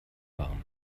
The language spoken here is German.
warm